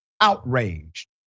outraged